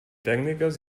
tècniques